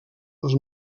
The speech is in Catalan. els